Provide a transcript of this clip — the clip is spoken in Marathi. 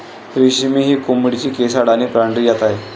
रेशमी ही कोंबडीची केसाळ आणि पांढरी जात आहे